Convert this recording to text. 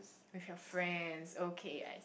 with your friends okay I